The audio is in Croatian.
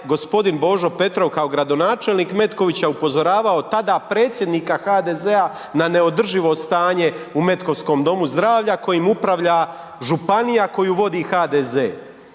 gospodin Božo Petrov kao gradonačelnik Metkovića upozoravao tada predsjednika HDZ-a na neodrživo stanje u metkovskom domu zdravlja kojim upravlja županija koju vodi HDZ.